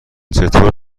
چطور